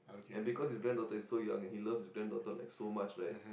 and because his granddaughter is so young and he loves his granddaughter like so much right